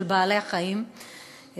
של בעלי-החיים,